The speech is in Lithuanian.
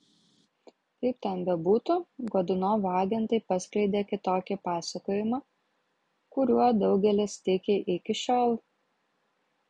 kaip ten bebūtų godunovo agentai paskleidė kitokį pasakojimą kuriuo daugelis tiki iki šiol